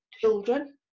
children